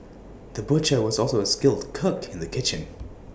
the butcher was also A skilled cook in the kitchen